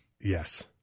Yes